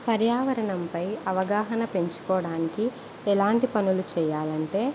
పర్యావరణంపై అవగాహన పెంచుకోవడానికి ఎలాంటి పనులు చేయాలంటే